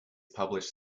published